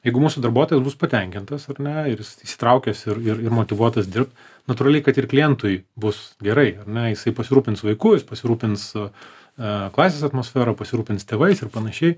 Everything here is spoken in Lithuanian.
jeigu mūsų darbuotojas bus patenkintas ar ne ir jis įsitraukęs ir ir ir motyvuotas dirbt natūraliai kad ir klientui bus gerai ar ne jisai pasirūpins vaiku jis pasirūpins a a klasės atmosfera pasirūpins tėvais ir panašiai